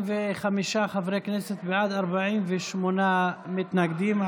45 חברי כנסת בעד, 48 מתנגדים.